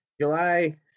July